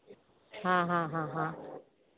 हा हा हा हा